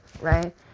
right